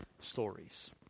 stories